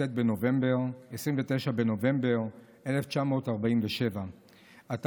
14 במאי 1948. על